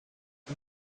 the